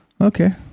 Okay